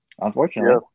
Unfortunately